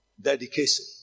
Dedication